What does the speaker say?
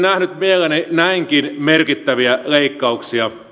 nähnyt mielelläni näinkin merkittäviä leikkauksia